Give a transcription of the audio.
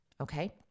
Okay